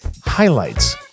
Highlights